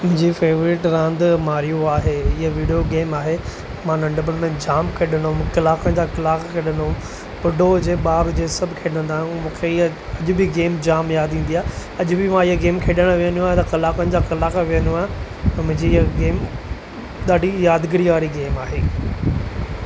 मुंहिंजी फेवरेट रांदि मारियो आहे इहे विडियो गेम आहे मां नढंपण मे जाम खेॾंदो हुउमि कलाकनि जा कलाकु खेॾंदो हुउमि ॿुढो हुजे ॿारु हुजे सभु खेॾंदा आहियूं मूंखे इहा गेम अॼु बि जाम यादि ईंदी आहे अॼु बि मां इहे गेम खेॾणु वेंदो आहियां त कलाकनि जा कलाकु वेंदो आहियां मुंहिंजी इहा गेम ॾाढी यादगिरी वाली गेम आहे